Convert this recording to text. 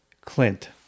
Clint